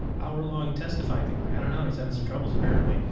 hour long testifying thing. like, i don't know, he's having some troubles apparently,